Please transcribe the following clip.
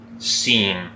seen